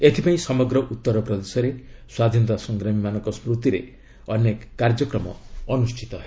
ଏଥିପାଇଁ ସମଗ୍ର ଉତ୍ତରପ୍ରଦେଶରେ ସ୍ୱାଧୀନତା ସଂଗ୍ରାମୀମାନଙ୍କ ସ୍ମତିରେ ଅନେକ କାର୍ଯ୍ୟକ୍ରମ ଅନୁଷ୍ଠିତ ହେବ